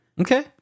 Okay